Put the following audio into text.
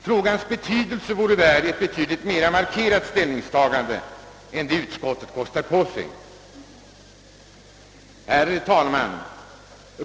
Frågans vikt vore värd ett betydligt mer markerat ställningstagande än vad utskottet kostar på sig. Herr talman!